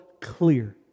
clear